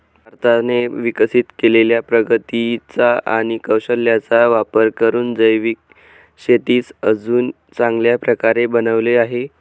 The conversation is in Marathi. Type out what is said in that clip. भारताने विकसित केलेल्या प्रगतीचा आणि कौशल्याचा वापर करून जैविक शेतीस अजून चांगल्या प्रकारे बनवले आहे